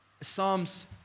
Psalms